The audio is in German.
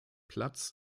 platz